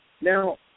Now